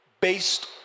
based